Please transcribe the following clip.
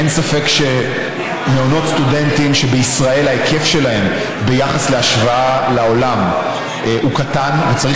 אין ספק שהיקף מעונות סטודנטים בישראל בהשוואה לעולם הוא קטן ושצריך